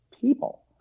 people